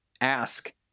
ask